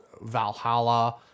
Valhalla